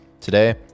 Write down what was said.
Today